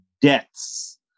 deaths